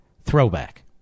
throwback